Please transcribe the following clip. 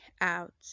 out